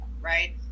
right